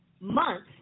months